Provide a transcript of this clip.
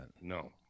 No